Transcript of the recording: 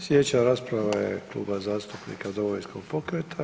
Sljedeća rasprava je Kluba zastupnika Domovinskog pokreta.